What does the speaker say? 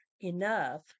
Enough